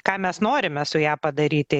ką mes norime su ja padaryti